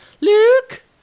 Luke